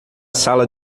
sala